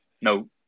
No